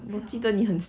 cannot lah